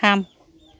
थाम